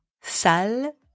salle